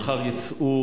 מחר יצאו